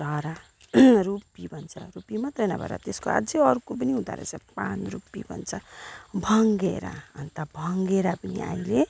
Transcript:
रुप्पी भन्छ रुप्पी मात्रै नभएर त्यसको अझै अर्को पनि हुँदारहेछ पानरुप्पी भन्छ भङ्गेरा अनि त भङ्गेरा पनि अहिले